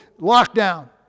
lockdown